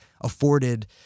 afforded